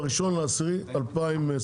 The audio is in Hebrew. ב-01 באוקטובר,